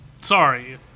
sorry